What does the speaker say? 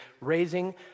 raising